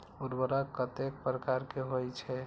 उर्वरक कतेक प्रकार के होई छै?